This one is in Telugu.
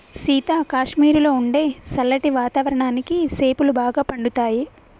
సీత కాశ్మీరులో ఉండే సల్లటి వాతావరణానికి సేపులు బాగా పండుతాయి